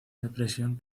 depresión